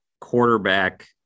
quarterback